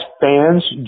fans